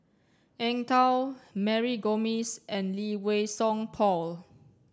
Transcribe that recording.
Eng Tow Mary Gomes and Lee Wei Song Paul